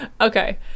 Okay